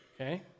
Okay